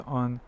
on